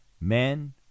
men